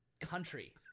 Country